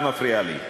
את מפריעה לי.